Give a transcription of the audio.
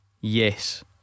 Yes